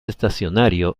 estacionario